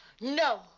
No